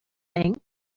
thing